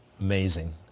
Amazing